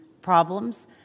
problems